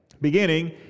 beginning